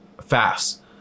fast